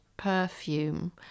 perfume